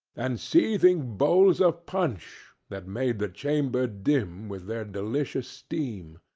and seething bowls of punch, that made the chamber dim with their delicious steam.